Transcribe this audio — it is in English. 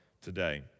today